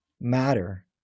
matter